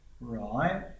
Right